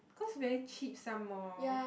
cause very cheap some more